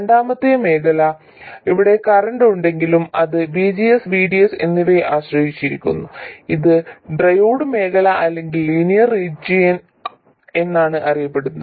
രണ്ടാമത്തെ മേഖല അവിടെ കറന്റ് ഉണ്ടെങ്കിലും അത് VGS VDS എന്നിവയെ ആശ്രയിച്ചിരിക്കുന്നു ഇത് ട്രയോഡ് മേഖല അല്ലെങ്കിൽ ലീനിയർ റീജിയൻ എന്നാണ് അറിയപ്പെടുന്നത്